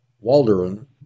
Waldron